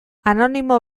anonimo